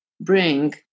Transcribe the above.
bring